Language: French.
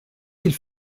qu’il